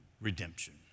redemption